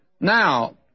Now